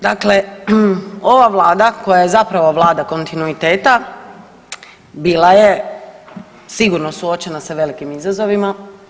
Dakle, ova Vlada koja je zapravo Vlada kontinuiteta bila je sigurno suočena sa velikim izazovima.